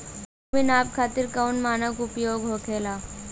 भूमि नाप खातिर कौन मानक उपयोग होखेला?